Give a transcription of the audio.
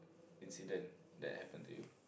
incident that happened to you